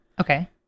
Okay